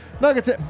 Nuggets